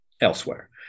elsewhere